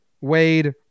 Wade